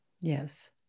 Yes